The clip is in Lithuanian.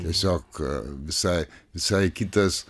tiesiog visai visai kitas